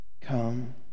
come